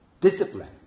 discipline